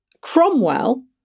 Cromwell